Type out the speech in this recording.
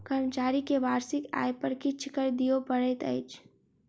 कर्मचारी के वार्षिक आय पर किछ कर दिअ पड़ैत अछि